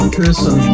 person